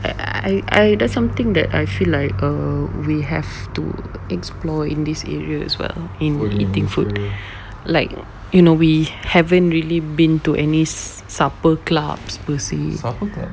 I I that's something that I feel like err we have to explore in this area as well in eating food like you know we haven't really been to any supper clubs apa seh